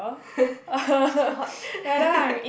so hot